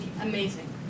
amazing